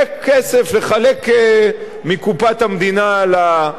לחלק מקופת המדינה לציבור.